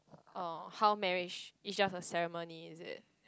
oh how marriage is just a ceremony is it